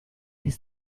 his